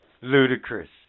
ludicrous